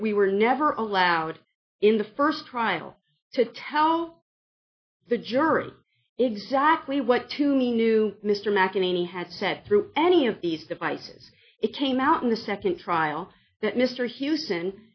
that we were never allowed in the first trial to tell the jury exactly what to me knew mr mcenaney had said through any of these devices it came out in the second trial that mr houston